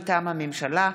מטעם הממשלה,